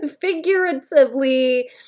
figuratively